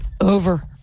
Over